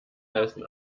heißen